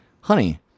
honey